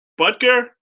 Butker